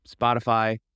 Spotify